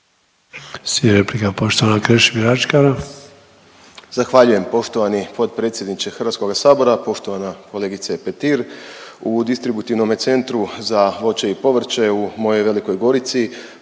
Ačkara. **Ačkar, Krešimir (HDZ)** Zahvaljujem poštovani potpredsjedniče Hrvatskog sabora. Poštovana kolegice Petir u distributivnome centru za voće i povrće u mojoj Velikoj Gorici